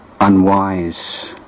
unwise